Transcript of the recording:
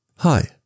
Hi